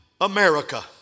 America